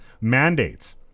Mandates